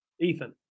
Ethan